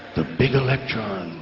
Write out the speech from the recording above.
the big electron!